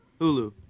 Hulu